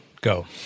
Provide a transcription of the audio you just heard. go